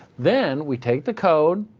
then we take the code,